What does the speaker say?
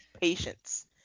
patience